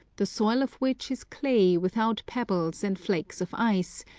the soil of which is clay without pebbles and flakes of ice,